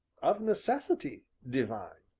of necessity, divine.